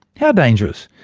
yeah dangerous?